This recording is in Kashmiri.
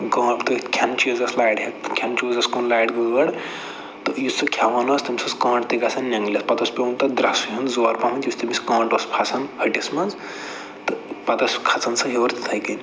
کٲنٛٹہٕ تٔتھۍ کھٮ۪نہٕ چیٖزَس لارِہے کھٮ۪نہٕ چیٖزَس کُن لارِ گٲڈ تہٕ یہِ سُہ کھٮ۪وان اوس تٔمِس اوس کٲنٹہٕ تہِ گژھان نٮ۪نٛگلِتھ پَتہٕ اوس پٮ۪وان تَتھ درسہٕ ہٮ۪وان زورٕ پَہم یُس تٔمِس کانٛٹہٕ اوس پھسان ہٹِس منٛز تہٕ پَتہٕ اوس کھسان سُہ ہیوٚر تِتھٕے کٔنۍ